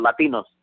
Latinos